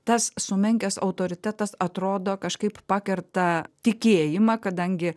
tas sumenkęs autoritetas atrodo kažkaip pakerta tikėjimą kadangi